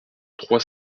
trois